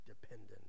dependent